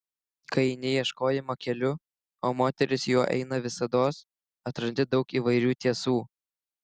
kai eini ieškojimo keliu o moteris juo eina visados atrandi daug įvairių tiesų